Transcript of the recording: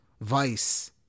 Vice